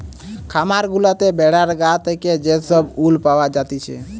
খামার গুলাতে ভেড়ার গা থেকে যে সব উল পাওয়া জাতিছে